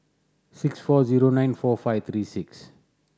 six four zero nine four five three six